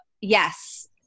yes